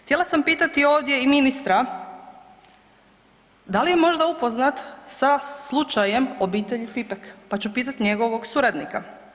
Htjela sam pitati ovdje i ministra da li je možda upoznat sa slučajem obitelji Pipek, pa ću pitati njegovog suradnika.